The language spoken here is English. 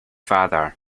father